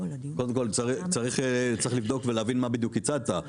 צריך לבדוק ולהבין מה בדיוק הצעת.